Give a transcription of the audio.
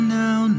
now